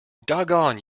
doggone